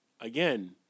Again